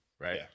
right